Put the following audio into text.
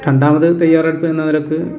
രണ്ടാമത് തെയ്യാറെടുപ്പെന്ന നിലക്ക്